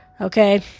Okay